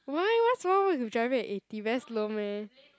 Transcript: why what's wrong with driving at eighty very slow meh